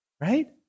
right